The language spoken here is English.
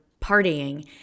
partying